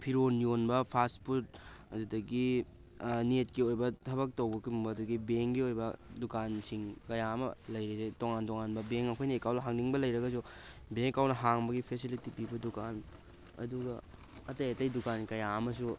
ꯐꯤꯔꯣꯜ ꯌꯣꯟꯕ fast food ꯑꯗꯨꯗꯒꯤ ꯅꯦꯠꯀꯤ ꯑꯣꯏꯕ ꯊꯕꯛ ꯇꯧꯕꯒꯨꯝꯕ ꯑꯗꯒꯤ ꯕꯦꯡꯒꯤ ꯑꯣꯏꯕ ꯗꯨꯀꯥꯟꯁꯤꯡ ꯀꯌꯥ ꯑꯃ ꯂꯩꯔꯤꯁꯦ ꯇꯣꯉꯥꯟ ꯇꯣꯉꯥꯟꯕ ꯕꯦꯡ ꯑꯩꯈꯣꯏꯅ ꯑꯦꯀꯥꯎꯟ ꯍꯥꯡꯅꯤꯡꯕ ꯂꯩꯔꯒꯁꯨ ꯕꯦꯡ ꯑꯦꯀꯥꯎꯟ ꯍꯥꯡꯕꯒꯤ ꯐꯦꯁꯤꯂꯤꯇꯤ ꯄꯤꯕ ꯗꯨꯀꯥꯟ ꯑꯗꯨꯒ ꯑꯇꯩ ꯑꯇꯩ ꯗꯨꯀꯥꯟ ꯀꯌꯥ ꯑꯃꯁꯨ